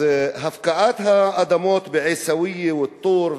הפקעת האדמות בעיסאוויה וא-טור,